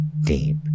deep